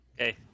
Okay